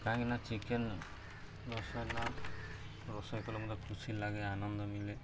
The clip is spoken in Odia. କାହିଁକିନା ଚିକେନ୍ ମସଲା ରୋଷେଇ କଲେ ମୋତେ ଖୁସି ଲାଗେ ଆନନ୍ଦ ମିଳେ